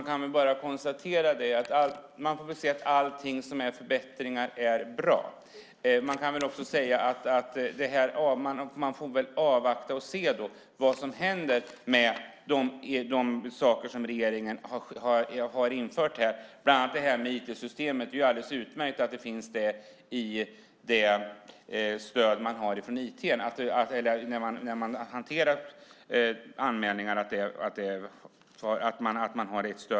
Herr talman! Man får väl säga att allt som är förbättringar är bra. Man kan också säga att vi får avvakta och se vad som händer med det som regeringen har infört. Det är ju alldeles utmärkt att det finns ett stöd i IT-systemet när man hanterar anmälningar.